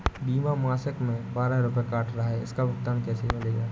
बीमा मासिक में बारह रुपय काट रहा है इसका भुगतान कैसे मिलेगा?